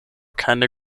keine